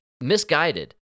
misguided